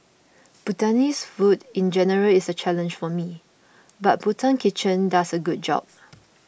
Bhutanese food in general is a challenge for me but Bhutan Kitchen does a good job